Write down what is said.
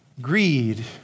greed